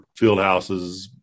fieldhouses